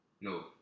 No